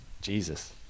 Jesus